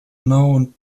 known